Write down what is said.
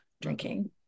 drinking